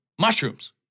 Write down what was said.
mushrooms